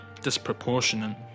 disproportionate